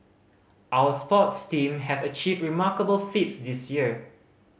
our sports team have achieved remarkable feats this year